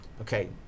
Okay